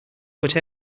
but